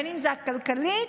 הכלכלית,